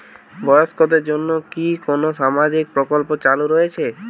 বয়স্কদের জন্য কি কোন সামাজিক প্রকল্প চালু রয়েছে?